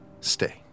Stay